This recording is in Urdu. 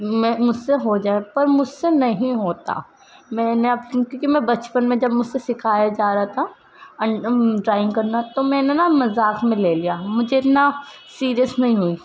میں مجھ سے ہو جائے پر مجھ سے نہیں ہوتا میں نے کیونکہ میں بچپن میں جب مجھ سے سکھایا جا رہا تھا ڈرائنگ کرنا تو میں نے نا مذاق میں لے لیا مجھے اتنا سریس نہیں ہوئی